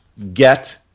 get